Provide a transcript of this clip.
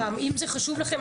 פעם אם זה חשוב לכם,